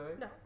No